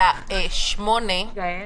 9(א)